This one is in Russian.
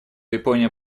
япония